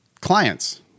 clients